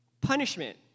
Punishment